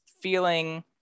feeling